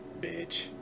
Bitch